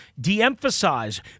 de-emphasize